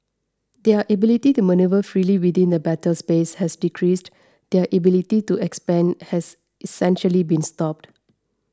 their ability to manoeuvre freely within the battle space has decreased their ability to expand has essentially been stopped